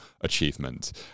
achievement